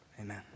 Amen